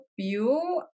view